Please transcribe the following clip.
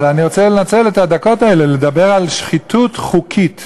אבל אני רוצה לנצל את הדקות האלה לדבר על שחיתות חוקית,